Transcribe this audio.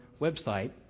website